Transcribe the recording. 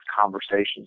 conversations